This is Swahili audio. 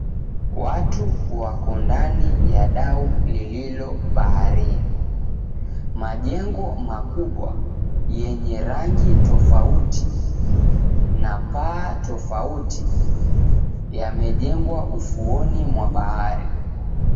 Watu wako ndani ya dau lililo baharini, majengo makubwa yenye rangi tofauti na paa tofauti yamejengwa ufuoni mwa bahari.